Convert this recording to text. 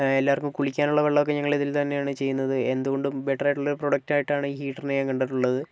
എല്ലാവർക്കും കുളിക്കാനുള്ള വെള്ളമൊക്കെ ഞങ്ങൾ ഇതിൽ തന്നെയാണ് ചെയ്യുന്നത് എന്തുകൊണ്ടും ബെറ്ററായിട്ടുള്ള ഒരു പ്രൊഡക്റ്റ് ആയിട്ടാണ് ഹീറ്ററിനെ ഞാൻ കണ്ടിട്ടുള്ളത്